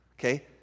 Okay